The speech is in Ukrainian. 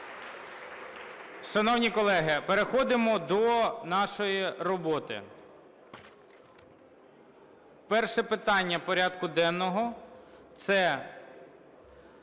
Шановні колеги, переходимо до нашої роботи. Перше питання порядку денного – це